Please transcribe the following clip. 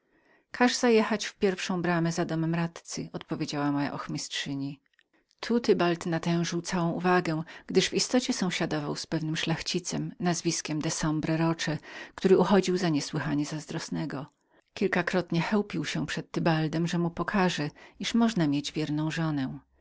każ zajechać w pierwszą bramę za domem radcy odpowiedziała moja ochmistrzyni tu tybald natężył całą uwagę gdyż w istocie sąsiadował z pewnym szlachcicem nazwanym panem de sambre roche który uchodził za niesłychanie zazdrosnego i kilkakrotnie chełpił się przed nim że mu pokaże jakim sposobem można mieć wierną żonę